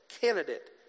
candidate